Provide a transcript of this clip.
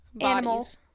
animals